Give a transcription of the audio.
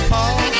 Paul